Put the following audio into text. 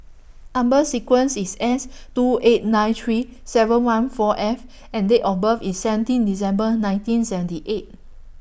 Number sequence IS S two eight nine three seven one four F and Date of birth IS seventeen December nineteen seventy eight